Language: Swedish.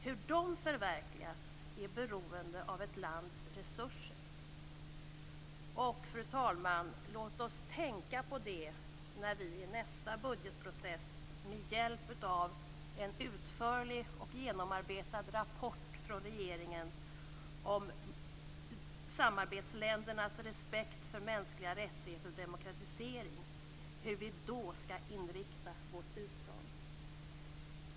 Hur de förverkligas är beroende av ett lands resurser. Fru talman! Låt oss tänka på det när vi i nästa budgetprocess med hjälp av en utförlig och genomarbetat rapport från regeringen om samarbetsländernas respekt för mänskliga rättigheter och demokratisering skall inrikta vårt bistånd.